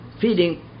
feeding